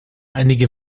einige